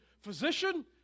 Physician